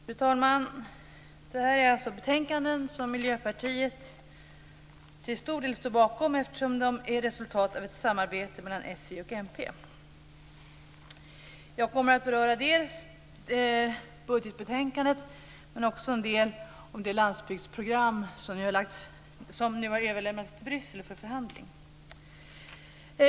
Fru talman! De betänkanden som behandlas i dag står Miljöpartiet alltså till stor del bakom, eftersom de är resultat av ett samarbete mellan s, v och mp. Jag kommer att beröra dels budgetbetänkandet, dels det landsbygdsprogram som nu har överlämnats till Bryssel för förhandling.